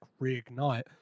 reignite